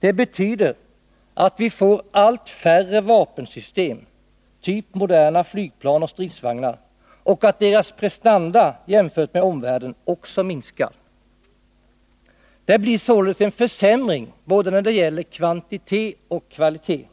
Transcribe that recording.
Det betyder att vi får allt färre vapensystem, typ moderna flygplan och stridsvagnar, och att deras prestanda jämförda med prestanda i omvärldens vapensystem också minskar. Det blir således en försämring både när det gäller kvantitet och kvalitet.